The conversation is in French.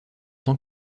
tant